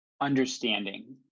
Understanding